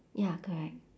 ya correct